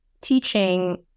teaching